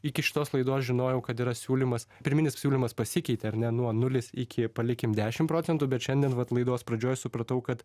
iki šitos laidos žinojau kad yra siūlymas pirminis siūlymas pasikeitė ar ne nuo nulis iki palikime dešim procentų bet šiandien vat laidos pradžioj supratau kad